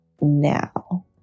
now